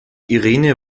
irene